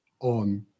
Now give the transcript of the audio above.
on